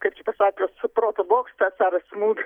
kaip čia pasakius su proto bokštas ar smūg